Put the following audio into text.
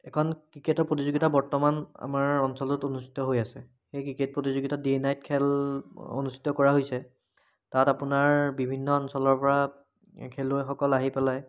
এখন ক্ৰিকেটৰ প্ৰতিযোগিতা বৰ্তমান আমাৰ অঞ্চলত অনুষ্ঠিত হৈ আছে সেই ক্ৰিকেট প্ৰতিযোগিতাত ডে' নাইট খেল অনুষ্ঠিত কৰা হৈছে তাত আপোনাৰ বিভিন্ন অঞ্চলৰ পৰা খেলুৱৈসকল আহি পেলাই